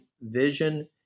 vision